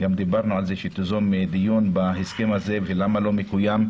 גם דיברנו על זה שתיזום דיון בהסכם הזה ולמה לא מקוים,